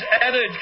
added